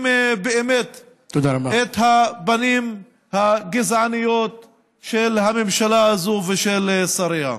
באמת את הפנים הגזעניות של הממשלה הזאת ושל שריה.